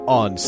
on